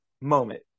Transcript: moment